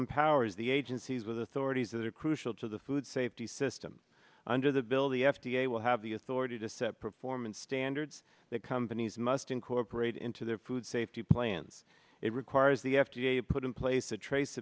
empowers the agency these with authorities that are crucial to the food safety system under the bill the f d a will have the authority to set performance standards that companies must incorporate into their food safety plans it requires the f d a put in place a trace